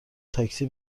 تاکسی